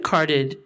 Carded